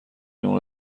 اونو